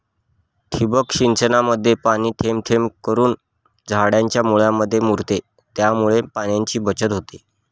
ठिबक सिंचनामध्ये पाणी थेंब थेंब करून झाडाच्या मुळांमध्ये मुरते, त्यामुळे पाण्याची बचत होते